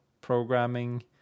programming